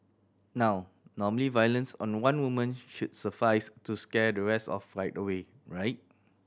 now normally violence on one woman should suffice to scare the rest off right away right